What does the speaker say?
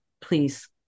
please